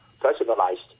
personalized